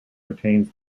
retains